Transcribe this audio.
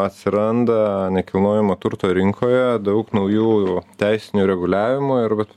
atsiranda nekilnojamo turto rinkoje daug naujų teisinių reguliavimų ir vat